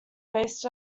based